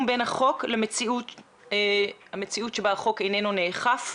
בין החוק למציאות בה החוק איננו נאכף,